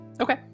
Okay